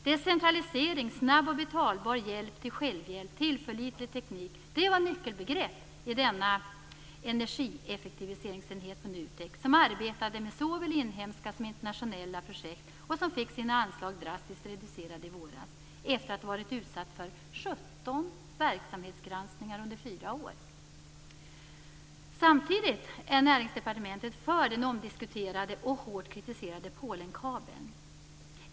Decentralisering, snabb och betalbar hjälp till självhjälp, tillförlitlig teknik - det var nyckelbegrepp i denna energieffektiviseringsenhet på NUTEK, som arbetade med såväl inhemska som internationella projekt och som fick sina anslag drastiskt reducerade i våras, efter att ha varit utsatt för 17 Samtidigt är Näringsdepartementet för den omdiskuterade och hårt kritiserade Polenkabeln.